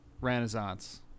Renaissance